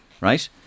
Right